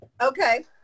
Okay